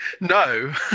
No